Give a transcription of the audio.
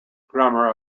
grammar